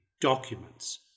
documents